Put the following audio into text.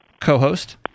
co-host